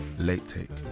late take.